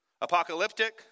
apocalyptic